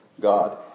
God